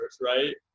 right